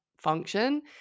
function